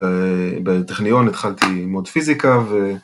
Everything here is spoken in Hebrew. בטכניון התחלתי ללמוד פיזיקה.